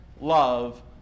love